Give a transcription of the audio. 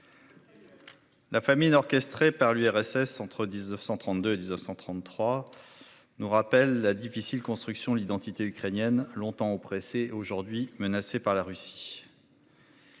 La famille orchestrée par l'URSS. Entre 1932 et 1933. Nous rappelle la difficile construction l'identité ukrainienne longtemps oppressé aujourd'hui menacés par la Russie.